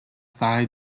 phi